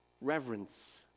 reverence